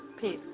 Peace